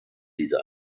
diese